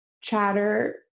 chatter